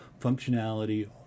functionality